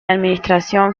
administración